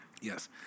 Yes